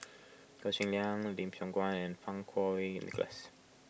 Goh Cheng Liang Lim Siong Guan and Fang Kuo Wei Nicholas